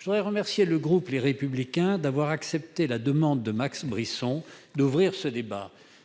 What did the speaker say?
Je voudrais remercier le groupe Les Républicains d'avoir accepté la demande de Max Brisson d'ouvrir ce débat.